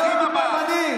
להיות טיפה מנהיג.